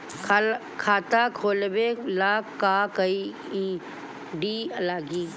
खाता खोलाबे ला का का आइडी लागी?